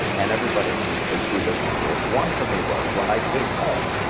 and everybody can pursue their own rules. one for me was, when i came home,